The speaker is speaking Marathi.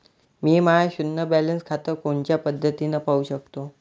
मी माय शुन्य बॅलन्स खातं कोनच्या पद्धतीनं पाहू शकतो?